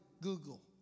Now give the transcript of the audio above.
Google